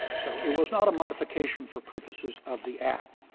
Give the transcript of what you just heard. so it was not a modification for purposes of the act.